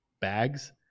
bags